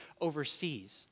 overseas